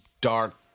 dark